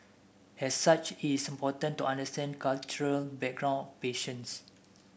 as such is important to understand cultural background of patients